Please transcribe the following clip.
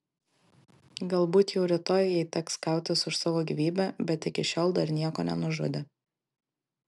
galbūt jau rytoj jai teks kautis už savo gyvybę bet iki šiol dar nieko nenužudė